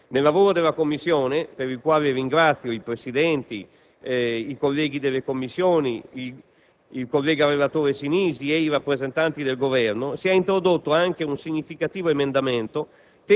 Nel lavoro della Commissione, per il quale ringrazio i Presidenti, i colleghi delle Commissioni, il collega relatore Sinisi e i rappresentanti del Governo, si è introdotto anche un significativo emendamento